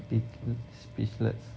speechle~ speechless